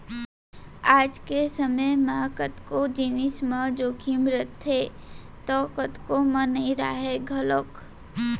आज के समे म कतको जिनिस म जोखिम रथे तौ कतको म नइ राहय घलौक